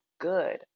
good